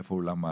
איפה הוא למד,